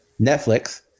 Netflix